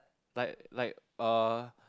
like like uh